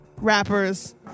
rappers